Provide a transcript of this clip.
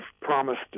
promised